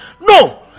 No